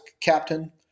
captain